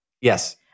Yes